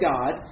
God